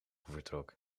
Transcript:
vertrok